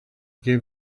gave